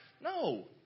No